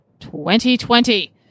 2020